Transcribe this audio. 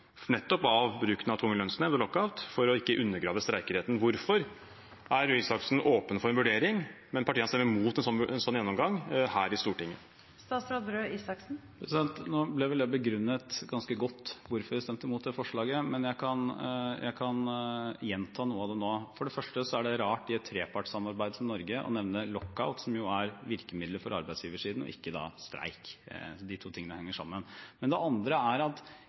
nettopp bruken av tvungen lønnsnemnd og lockout for ikke å undergrave streikeretten. Hvorfor er Røe Isaksen åpen for en vurdering, mens partiet hans stemmer mot en sånn gjennomgang her i Stortinget? Nå ble det vel begrunnet ganske godt hvorfor vi stemte mot det forslaget, men jeg kan gjenta noe av det nå. For det første er det rart i det trepartssamarbeidet som Norge har, å nevne lockout, som jo er virkemiddelet for arbeidsgiversiden, og ikke streik. De to tingene henger sammen. Det andre er at